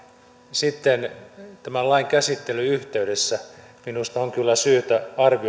sitten tämän lain käsittelyn yhteydessä minusta on kyllä syytä arvioida hyvin